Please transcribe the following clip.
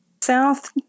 south